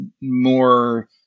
more –